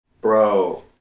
bro